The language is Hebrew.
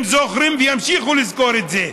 הם זוכרים וימשיכו לזכור את זה.